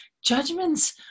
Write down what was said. Judgments